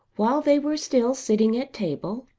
while they were still sitting at table,